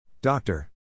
Doctor